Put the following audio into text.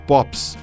Pops